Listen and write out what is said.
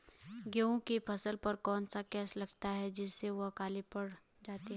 गेहूँ की फसल पर कौन सा केस लगता है जिससे वह काले पड़ जाते हैं?